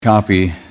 copy